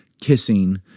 kissing